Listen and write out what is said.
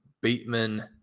bateman